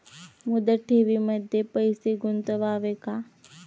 मुदत ठेवींमध्ये पैसे गुंतवावे का?